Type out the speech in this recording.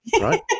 right